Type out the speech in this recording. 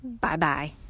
bye-bye